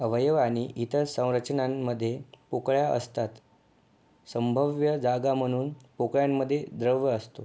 अवयव आणि इतर संरचनांमधे पोकळ्या असतात संभाव्य जागा म्हणून पोकळ्यांमधे द्रव्य असतो